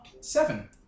seven